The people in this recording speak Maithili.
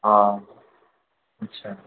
हँ अच्छा